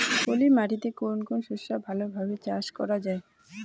পলি মাটিতে কোন কোন শস্য ভালোভাবে চাষ করা য়ায়?